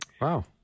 Wow